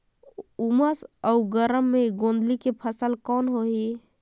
उमस अउ गरम मे गोंदली के फसल कौन होही?